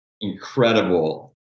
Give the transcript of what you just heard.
incredible